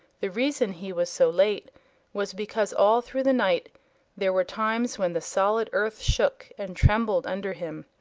the reason he was so late was because all through the night there were times when the solid earth shook and trembled under him,